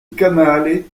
canale